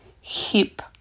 hip